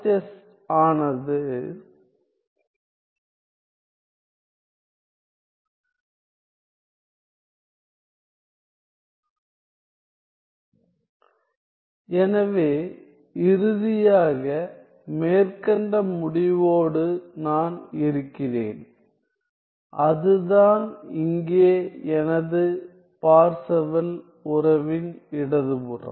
S ஆனது இங்கு எனவே இறுதியாக மேற்கண்ட முடிவோடு நான் இருக்கிறேன் அதுதான் இங்கே எனது பார்செவல் உறவின் இடது புறம்